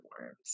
worms